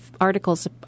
articles